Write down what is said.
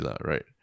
right